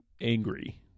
angry